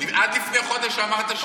עד לפני חודש אמרת שהוא אחראי.